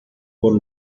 por